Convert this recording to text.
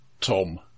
Tom